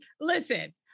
listen